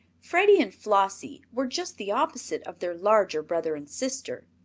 freddie and flossie were just the opposite of their larger brother and sister.